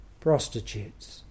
Prostitutes